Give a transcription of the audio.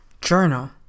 journal